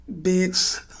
bitch